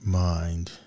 mind